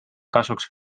kasuks